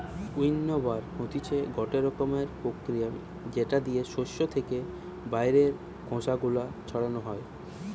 উইন্নবার হতিছে গটে রকমের প্রতিক্রিয়া যেটা দিয়ে শস্য থেকে বাইরের খোসা গুলো ছাড়ানো হয়